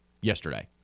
yesterday